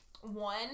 one